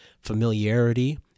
familiarity